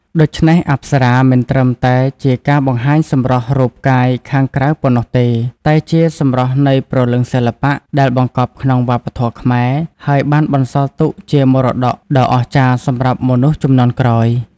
ដូច្នេះ អប្សរាមិនត្រឹមតែជាការបង្ហាញសម្រស់រូបកាយខាងក្រៅប៉ុណ្ណោះទេ តែជា សម្រស់នៃព្រលឹងសិល្បៈ ដែលបង្កប់ក្នុងវប្បធម៌ខ្មែរ ហើយបានបន្សល់ទុកជាមរតកដ៏អស្ចារ្យសម្រាប់មនុស្សជំនាន់ក្រោយ។